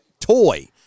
toy